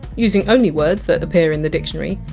using only words that appear in the dictionary,